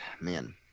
man